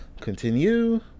Continue